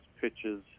pitches